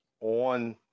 on